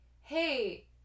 hey